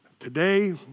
Today